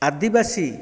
ଆଦିବାସୀ